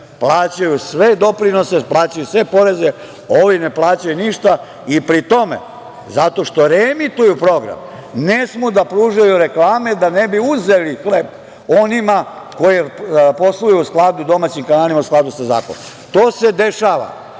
Plaćaju sve doprinose, plaćaju sve poreze, ovi ne plaćaju ništa i pri tome, zato što reemituju program, ne smeju da pružaju reklame da ne bi uzeli hleb onim domaćim kanalima koji posluju u skladu sa zakonom. To se dešava,